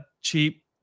cheap